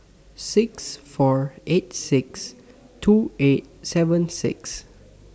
six four eight six two eight seven six